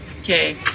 Okay